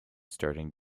starting